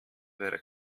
wäre